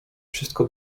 wszystko